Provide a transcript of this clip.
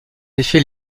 effet